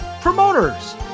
promoters